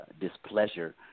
displeasure